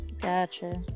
gotcha